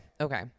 Okay